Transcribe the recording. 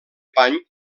pany